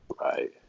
Right